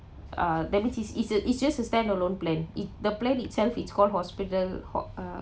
uh that mean it's it's a it's just a standalone plan it the plan itself it's called hospital ho~ uh